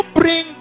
bring